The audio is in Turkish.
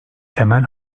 temel